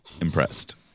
impressed